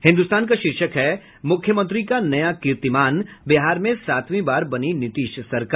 हिन्दुस्तान का शीर्षक है मुख्यमंत्री का नया कीर्तिमन बिहार में सातवीं बार बनी नीतीश सरकार